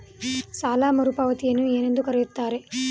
ಸಾಲ ಮರುಪಾವತಿಯನ್ನು ಏನೆಂದು ಕರೆಯುತ್ತಾರೆ?